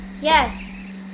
Yes